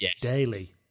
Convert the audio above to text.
daily